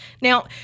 Now